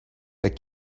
but